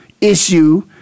issue